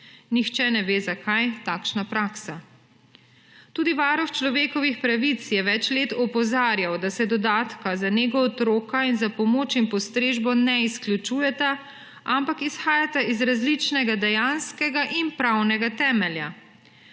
Nihče ne ve, zakaj takšna praksa. Tudi Varuh človekovih pravic je več let opozarjal, da se dodatka za nego otroka in za pomoč in postrežbo ne izključujeta, ampak izhajata iz različnega dejanskega in pravnega temelja.